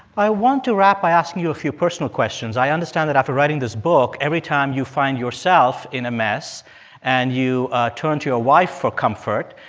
i want to wrap by asking you a few personal questions. i understand that after writing this book every time you find yourself in a mess and you turn to your wife for comfort,